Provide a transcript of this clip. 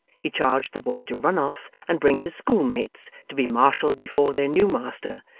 he charged the boy to run off and bring his schoolmates to be marshalled before their new master,